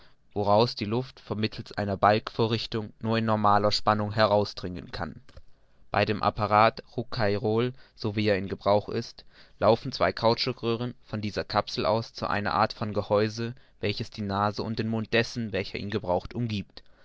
woraus die luft vermittelst einer balg vorrichtung nur in normaler spannung herausdringen kann bei dem apparat rouquayrol so wie er in gebrauch ist laufen zwei kautschukröhren von dieser kapsel aus zu einer art von gehäuse welches die nase und den mund dessen welcher ihn gebraucht umgiebt